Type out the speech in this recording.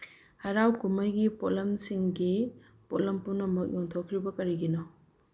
ꯍꯔꯥꯎ ꯀꯨꯝꯍꯩꯒꯤ ꯄꯣꯠꯂꯝꯁꯤꯡꯒꯤ ꯄꯣꯠꯂꯝ ꯄꯨꯝꯅꯃꯛ ꯌꯣꯟꯊꯣꯛꯈ꯭ꯔꯤꯕ ꯀꯔꯤꯒꯤꯅꯣ